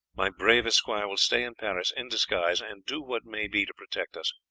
my brave esquire will stay in paris in disguise, and do what may be to protect us.